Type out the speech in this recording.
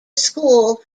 school